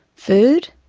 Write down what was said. food.